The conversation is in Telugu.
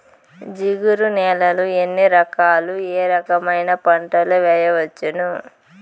జిగురు నేలలు ఎన్ని రకాలు ఏ రకమైన పంటలు వేయవచ్చును?